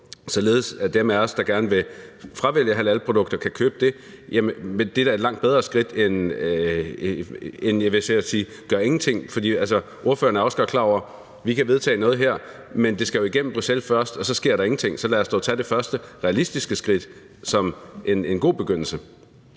således at dem af os, der gerne vil fravælge halalprodukter, kan gøre det, så er det da langt bedre skridt end – skulle jeg til at sige – at gøre ingenting. Ordføreren er også godt klar over, at selv om vi vedtager noget her, skal det jo igennem Bruxelles først, og så sker der ingenting, så lad os dog tage det første realistiske skridt som en god begyndelse.